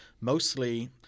Mostly